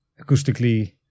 acoustically